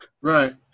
Right